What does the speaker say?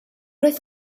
oedd